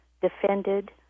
defended